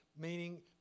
meaning